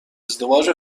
ازدواج